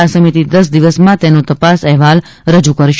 આ સમિતિ દસ દિવસમાં તેનો તપાસ અહેવાલ રજૂ કરશે